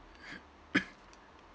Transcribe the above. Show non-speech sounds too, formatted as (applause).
(coughs)